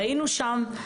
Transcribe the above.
ראינו שם,